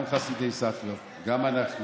גם חסידי סאטמר, גם אנחנו,